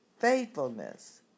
Faithfulness